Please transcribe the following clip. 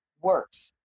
works